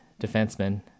defenseman